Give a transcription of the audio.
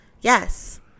yes